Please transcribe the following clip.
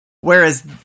Whereas